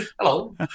hello